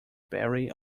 barry